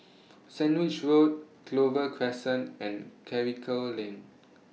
Sandwich Road Clover Crescent and Karikal Lane